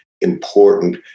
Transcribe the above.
important